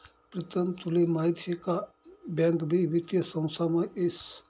प्रीतम तुले माहीत शे का बँक भी वित्तीय संस्थामा येस